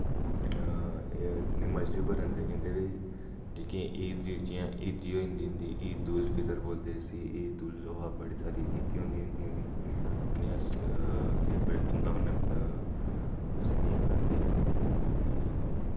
एह् अपनी मसीत उप्पर जंदे इं'दे लेई जेह्की ईद जि'यां ईदी होई जंदी इं'दी ईद उल फितर बोलदे जिसी ईद उल जोहा बड़ी सारी ईदी होंदियां इं'दियां बी उ'नें अस बड़ी धूम धाम कन्नै अस इ'नें ई मनांदे इ'नें बी